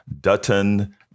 Dutton